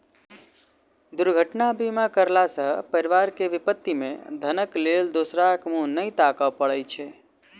दुर्घटना बीमा करयला सॅ परिवार के विपत्ति मे धनक लेल दोसराक मुँह नै ताकय पड़ैत छै